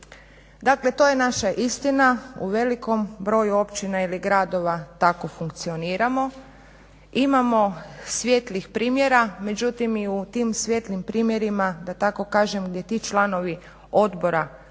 Dakle, to je naša istina u velikom broju općina ili gradova tako funkcioniramo. Imamo svijetlih primjera međutim i u tim svijetlim primjerima da tako kažem gdje ti članovi odbora mogu